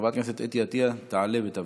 חברת הכנסת חוה אתי עטייה תעלה ותבוא.